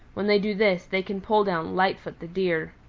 when they do this they can pull down lightfoot the deer.